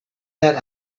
that